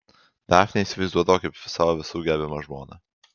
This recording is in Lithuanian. dafnę įsivaizduodavo kaip savo visų gerbiamą žmoną